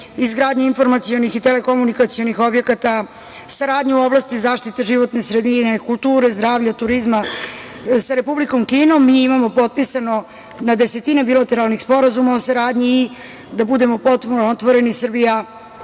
izgradnje informacionih i telekomunikacionih objekata, saradnja u oblasti zaštite životne sredine, kulture, zdravlja, turizma. Sa Republikom Kinom mi imamo potpisano na desetine bilateralnih sporazuma o saradnji. I da budemo potpuno otvoreni, Srbija